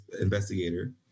investigator